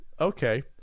okay